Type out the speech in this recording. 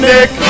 Nick